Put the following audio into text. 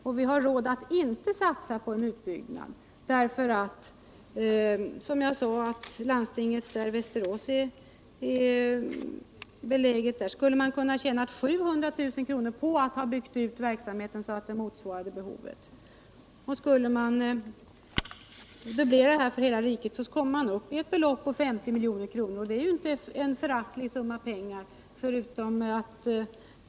Har vi råd att inte satsa på en utbyggnad? Som jag sade skulle landstinget i Västervik kunna tjäna 700000 kr. på att bygga ut verksamheten så att den motsvarade behovet. Skulle man tillämpa detta för hela riket, så kommer man till ett belopp på 50 milj.kr., och det är ju inte en föraktlig summa pengar.